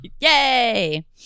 yay